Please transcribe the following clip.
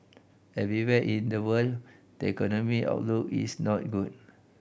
everywhere in the world the economy outlook is not good